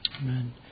Amen